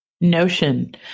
notion